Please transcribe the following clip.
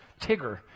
tigger